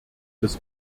des